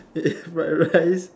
white rice